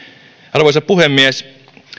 arvoisa puhemies